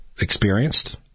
experienced